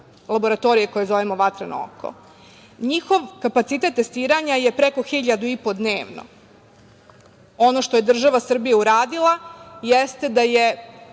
laboratorije koje zovemo vatreno oko. Njihov kapacitet testiranja je preko 1500 dnevno. Ono što je država Srbija uradila, jeste da je,